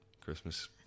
Christmas